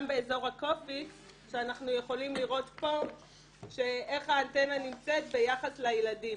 גם באזור הקופיקס אנחנו יכולים לראות פה איך האנטנה נמצאת ביחס לילדים,